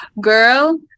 girl